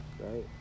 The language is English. right